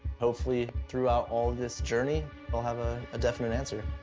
hopefully throughout all of this journey i'll have a definite answer.